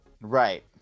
right